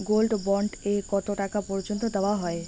Gold bond এ কতো টাকা পর্যন্ত দেওয়া হয়?